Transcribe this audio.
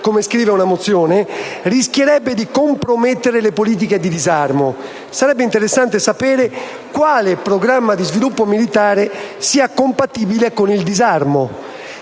testo di una mozione, rischierebbe di compromettere le politiche di disarmo. Sarebbe interessante sapere quale programma di sviluppo militare sia compatibile con il disarmo.